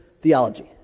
theology